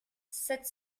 sept